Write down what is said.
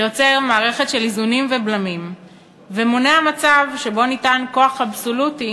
שיוצר מערכת של איזונים ובלמים ומונע מצב שבו ניתן כוח אבסולוטי